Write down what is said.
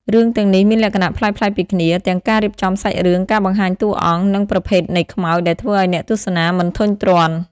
រឿងទាំងនេះមានលក្ខណៈប្លែកៗពីគ្នា ទាំងការរៀបចំសាច់រឿង ការបង្ហាញតួអង្គ និងប្រភេទនៃខ្មោច ដែលធ្វើឲ្យអ្នកទស្សនាមិនធុញទ្រាន់។